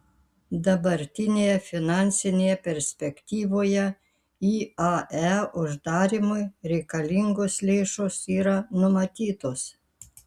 dabartinėje finansinėje perspektyvoje iae uždarymui reikalingos lėšos yra numatytos